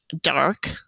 dark